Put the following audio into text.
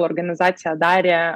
organizacija darė